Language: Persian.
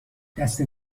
دسته